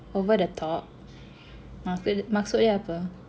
over the top maksu~ maksudnya apa